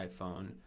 iPhone